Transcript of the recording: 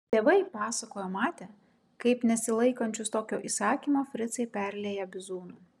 tėvai pasakojo matę kaip nesilaikančius tokio įsakymo fricai perlieja bizūnu